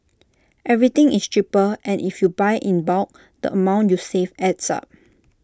everything is cheaper and if you buy in bulk the amount you save adds up